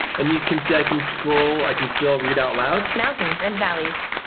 and you can see i can scroll, i can still read out loud. mountains and valleys.